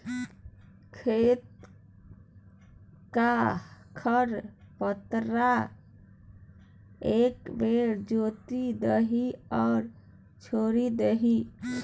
खेतक खर पतार एक बेर जोति दही आ छोड़ि दही